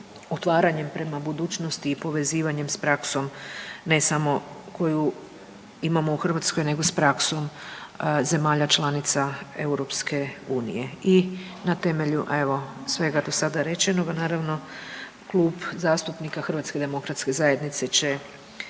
otvarenjem prema budućnosti i povezivanjem s praksom ne smo koju imamo u Hrvatskoj nego s praksom zemalja članica EU. I na temelju evo svega do sada rečenoga naravno Klub zastupnika HDZ-a će podržati Konačni